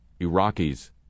Iraqis